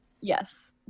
yes